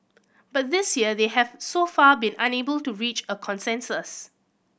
but this year they have so far been unable to reach a consensus